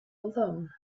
alone